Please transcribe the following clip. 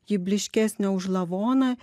ji blyškesnė už lavoną